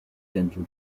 dental